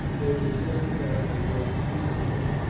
they would settle down and live peaceably,